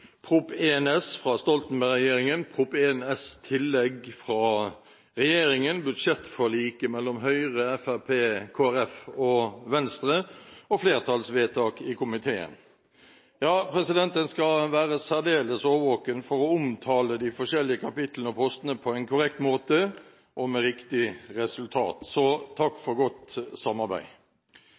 Prop. 1 S fra Stoltenberg-regjeringen, Prop. 1 S Tillegg 1 fra regjeringen, budsjettforliket mellom Høyre, Fremskrittspartiet, Kristelig Folkeparti og Venstre og flertallsvedtak i komiteen. Ja, en skal være særdeles årvåken for å omtale de forskjellige kapitlene og postene på en korrekt måte og med riktig resultat. Så takk for godt samarbeid!